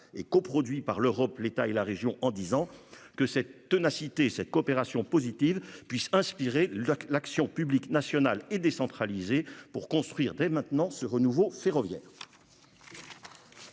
et coproduit par l'Europe, l'État et la région en disant que cette ténacité cette coopération positive puisse inspirer la que l'action publique nationale et décentralisé pour construire dès maintenant ce renouveau ferroviaire.